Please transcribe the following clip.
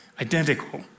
identical